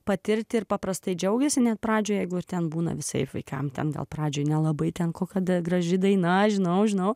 patirti ir paprastai džiaugiasi net pradžioje jeigu ir ten būna visaip vaikams ten gal pradžiai nelabai ten kada graži daina žinau žinau